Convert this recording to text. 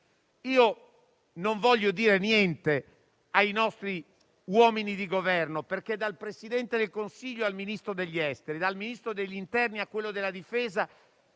Io non intendo dire niente ai nostri uomini di Governo, perché, dal Presidente del Consiglio al Ministro degli esteri, dal Ministro dell'interno a quello della difesa,